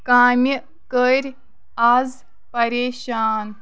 کامہِ کٔرۍ آز پریشان